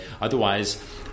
Otherwise